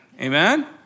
Amen